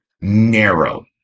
narrow